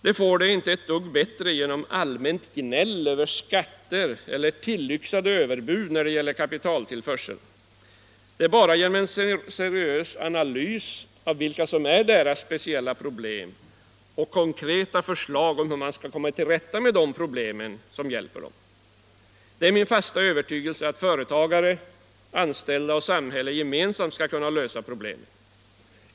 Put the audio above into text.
De får det inte ett dugg bättre genom allmänt gnäll över skatter eller tillyxade överbud när det gäller kapitaltillförseln. Det är bara en seriös analys av vilka deras speciella problem är och konkreta förslag om hur man skall komma till rätta med de problemen som hjälper dem. Det är min fasta övertygelse att företagare, anställda och samhället gemensamt skall kunna lösa problemen.